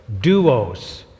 duos